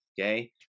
okay